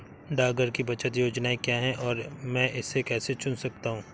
डाकघर की बचत योजनाएँ क्या हैं और मैं इसे कैसे चुन सकता हूँ?